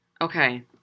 Okay